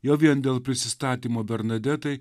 jo vien dėl prisistatymo bernadetai